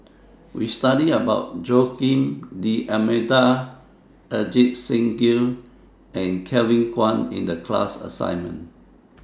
We studied about Joaquim D'almeida Ajit Singh Gill and Kevin Kwan in The class assignment